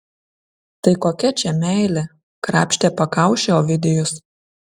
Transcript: tai kokia čia meilė krapštė pakaušį ovidijus